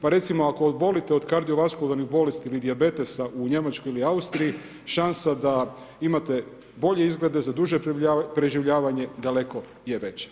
Pa recimo ako obolite od kardiovaskularnih bolesti ili dijabetesa u Njemačkoj ili Austriji, šansa da imate bolje izglede zaduže preživljavanje daleko je veća.